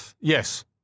Yes